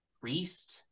priest